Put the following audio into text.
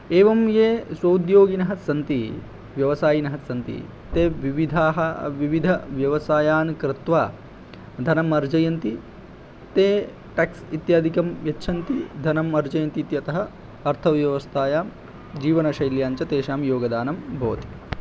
एवं ये स्व उद्योगिनस्सन्ति व्यवसायिनः सन्ति ते विविधाः विविधव्यवसायान् कृत्वा धनम् अर्जयन्ति ते टेक्स् इत्यादिकं यच्छन्ति धनम् अर्जयन्ति इत्यतः अर्थव्यवस्थायां जीवनशैल्यां च तेषां योगदानं भवति